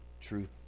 truth